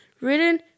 Written